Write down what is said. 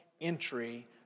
entry